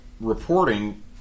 Reporting